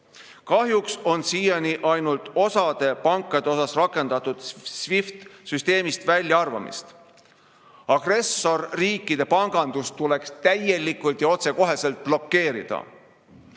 Kahjuks on siiani ainult osale pankadele rakendatud SWIFT‑süsteemist väljaarvamist. Agressorriikide pangandus tuleks täielikult ja otsekohe blokeerida.